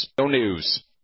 News